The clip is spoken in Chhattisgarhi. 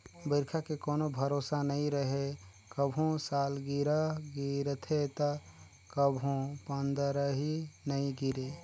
बइरखा के कोनो भरोसा नइ रहें, कभू सालगिरह गिरथे त कभू पंदरही नइ गिरे